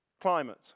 Climate